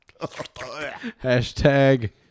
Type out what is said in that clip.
Hashtag